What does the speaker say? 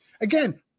Again